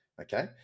Okay